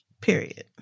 period